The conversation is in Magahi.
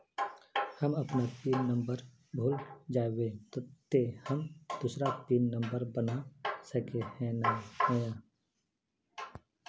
हम अपन पिन नंबर भूल जयबे ते हम दूसरा पिन नंबर बना सके है नय?